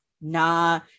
nah